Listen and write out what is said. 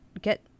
get